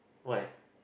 why